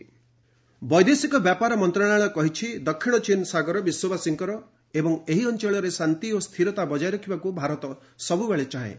New Delhi south China sea ବୈଦେଶିକ ବ୍ୟାପାର ମନ୍ତ୍ରଣାଳୟ କହିଛି ଦକ୍ଷିଣ ଚୀନ୍ ସାଗର ବିଶ୍ୱବାସୀଙ୍କର ଏବଂ ଏହି ଅଞ୍ଚଳରେ ଶାନ୍ତି ଓ ସ୍ଥିରତା ବଜାୟ ରଖିବାକୁ ଭାରତ ସବୂବେଳେ ଚାହେଁ